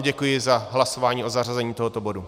Děkuji vám za hlasování o zařazení tohoto bodu.